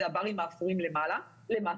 אלה הברים האפורים למטה.